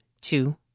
two